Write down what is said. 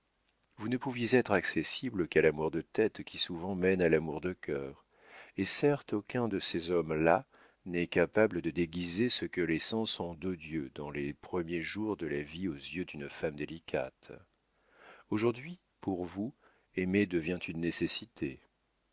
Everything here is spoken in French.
vous ne pouviez être accessible qu'à l'amour de tête qui souvent mène à l'amour de cœur et certes aucun de ces hommes-là n'est capable de déguiser ce que les sens ont d'odieux dans les premiers jours de la vie aux yeux d'une femme délicate aujourd'hui pour vous aimer devient une nécessité